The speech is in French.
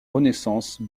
renaissance